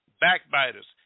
backbiters